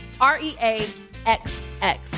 R-E-A-X-X